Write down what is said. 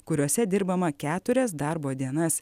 kuriose dirbama keturias darbo dienas